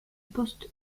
poste